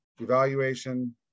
evaluation